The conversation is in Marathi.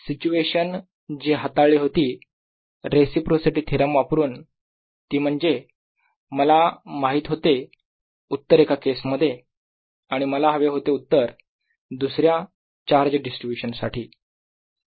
सिच्युएशन जी हाताळली होती रेसिप्रोसिटी थेरम वापरुन ती म्हणजे मला माहीत होते उत्तर एका केस मध्ये आणि मला हवे होते उत्तर दुसऱ्या चार्ज डिस्ट्रीब्यूशन साठी